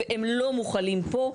והם לא מוחלים פה.